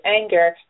anger